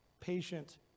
patient